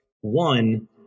one